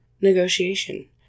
negotiation